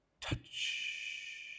Touch